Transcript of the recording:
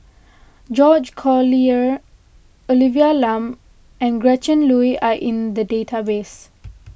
George Collyer Olivia Lum and Gretchen Liu are in the database